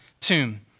tomb